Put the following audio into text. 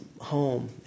home